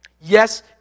yes